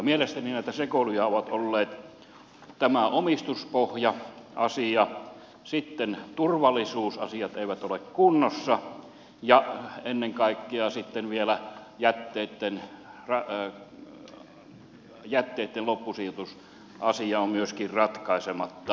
mielestäni näitä sekoiluja ovat olleet tämä omistuspohja asia se että turvallisuusasiat eivät ole kunnossa ja ennen kaikkea sitten vielä jätteitten loppusijoitusasia on myöskin ratkaisematta